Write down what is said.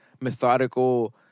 methodical